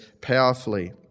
powerfully